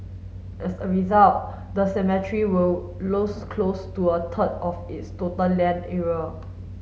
as a result the cemetery will lose close to a third of its total land area